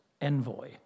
envoy